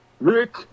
Rick